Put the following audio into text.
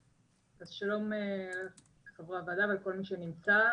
אז שלום לחברי הוועדה ולכל מי שנמצא.